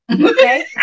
okay